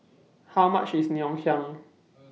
How much IS Ngoh Hiang